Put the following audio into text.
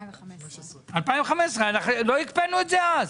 2015. 2015. לא הקפאנו את זה אז.